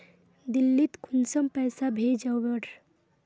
दिल्ली त कुंसम पैसा भेज ओवर?